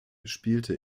spielte